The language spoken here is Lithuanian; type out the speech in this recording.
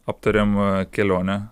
aptarėm kelionę